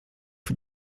für